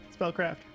Spellcraft